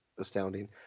astounding